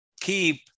keep